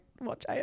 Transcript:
watch